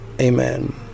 Amen